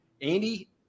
Andy